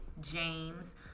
James